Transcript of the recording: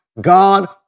God